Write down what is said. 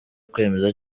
kwemeza